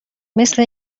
مثل